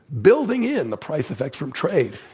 building in the price effects from trade,